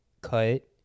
cut